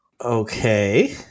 Okay